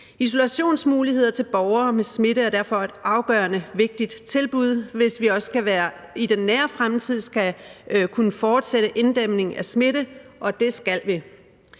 Isolationsmuligheder til borgere med smitte er derfor et afgørende, vigtigt tilbud, hvis vi også i den nære fremtid skal kunne fortsætte inddæmning af smitte, og det skal vi.